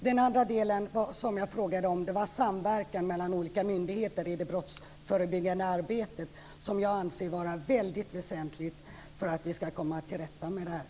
Den andra frågan jag ställde handlade om samverkan mellan olika myndigheter i det brottsförebyggande arbetet. Jag anser att det är väldigt väsentligt för att vi ska komma till rätta med detta.